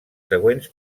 següents